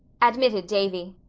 admitted davy,